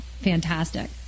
fantastic